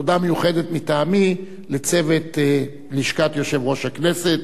תודה מיוחדת מטעמי לצוות לשכת יושב-ראש הכנסת.